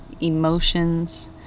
emotions